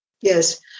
Yes